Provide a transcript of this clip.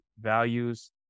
values